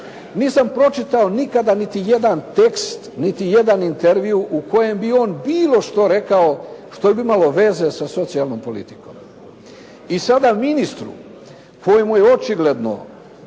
Nisam pročitao nikada niti jedan tekst, niti jedan intervju u kojem bi on bilo što rekao što bi imalo veze sa socijalnom politikom. I sada ministru kojemu je očigledno